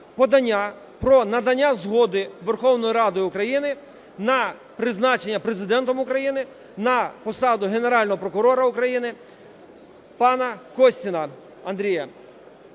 про надання згоди Верховної Ради України на призначення Президентом України на посаду Генерального прокурора України пана Костіна Андрія.